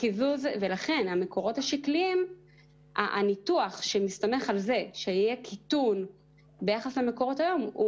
ולכן הניתוח שמסתמך על כך שיהיה קיטון ביחס למקורות היום הוא